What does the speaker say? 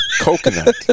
coconut